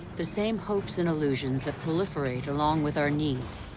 the same hopes and illusions that proliferate along with our needs,